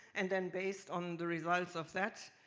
and and based on the results of that,